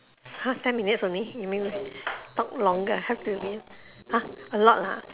!huh! ten minutes only you mean we talk longer how do you mean !huh! a lot ah